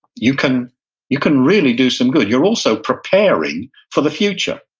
you can you can really do some good you're also preparing for the future,